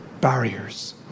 barriers